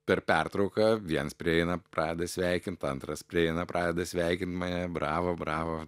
per pertrauką viens prieina pradeda sveikint antras prieina pradeda sveikint mane bravo bravo